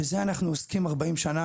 בזה אנחנו עוסקים 40 שנה,